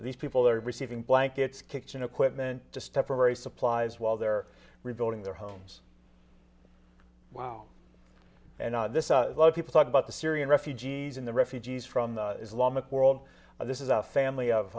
these people are receiving blankets kitchen equipment just temporary supplies while they're rebuilding their homes wow and this a lot of people talk about the syrian refugees in the refugees from the islamic world but this is a family